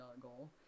goal